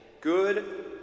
good